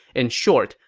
in short,